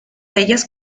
ellas